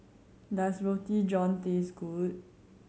does Roti John taste good